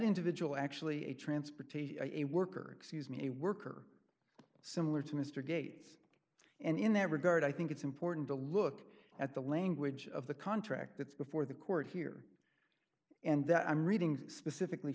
individual actually a transportation a worker excuse me a worker similar to mr gates and in that regard i think it's important to look at the language of the contract that's before the court here and that i'm reading specifically